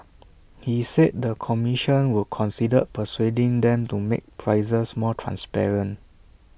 he said the commission would consider persuading them to make prices more transparent